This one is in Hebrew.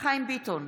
חיים ביטון,